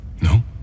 No